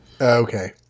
Okay